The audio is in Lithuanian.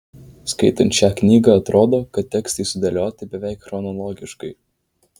skaitant šią knygą atrodo kad tekstai sudėlioti beveik chronologiškai